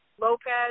Lopez